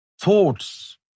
thoughts